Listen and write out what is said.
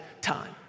time